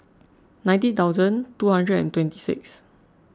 ninety thousand two hundred and twenty six